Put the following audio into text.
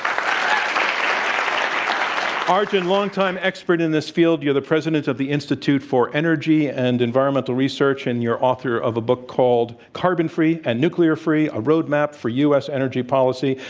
arjun, long-time expert in this field. you're the president of the institute for energy and environmental research, and you're author of a book called carbon-free and nuclear free, a roadmap for u. s. energy policy.